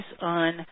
on